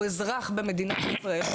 הוא אזרח במדינת ישראל,